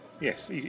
Yes